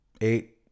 eight